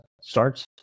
starts